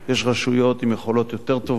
יש רשויות עם יכולות יותר טובות,